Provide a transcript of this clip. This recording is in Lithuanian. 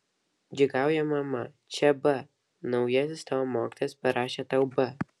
džiūgauja mama čia b naujasis tavo mokytojas parašė tau b